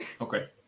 Okay